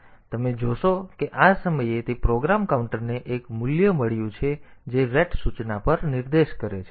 તેથી તમે જોશો કે આ સમયે તે પ્રોગ્રામ કાઉન્ટરને એક મૂલ્ય મળ્યું છે જે ret સૂચના પર નિર્દેશ કરે છે